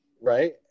right